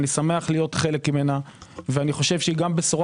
אני שמח להיות חלק ממנה וחושב שהיא גם בשורה